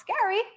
scary